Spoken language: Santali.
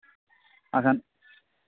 ᱟᱨ ᱠᱷᱟᱱ